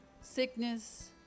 sickness